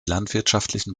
landwirtschaftlichen